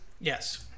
Yes